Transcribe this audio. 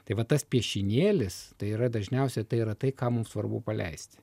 tai vat tas piešinėlis tai yra dažniausia tai yra tai ką mums svarbu paleisti